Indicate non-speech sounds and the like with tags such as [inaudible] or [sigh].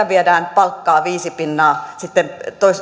[unintelligible] viedään palkkaa viisi pinnaa sitten